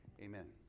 amen